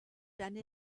done